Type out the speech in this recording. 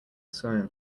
swimming